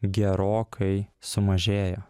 gerokai sumažėjo